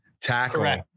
tackle